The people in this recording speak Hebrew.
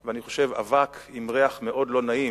אני חושב אבק עם ריח מאוד לא נעים,